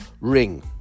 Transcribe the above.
Ring